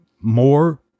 more